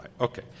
Okay